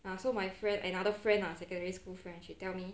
ya so my friend another friend lah secondary school friend she tell me